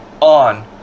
On